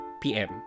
PM